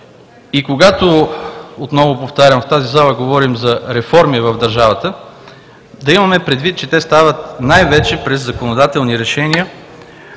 данъци. Отново повтарям, когато в тази зала говорим за реформи в държавата, да имаме предвид, че те стават най-вече през законодателни решения,